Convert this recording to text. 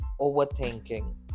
overthinking